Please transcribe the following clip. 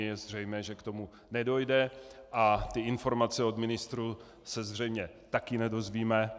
Je zřejmé, že k tomu nedojde a ty informace od ministrů se zřejmě taky nedozvíme.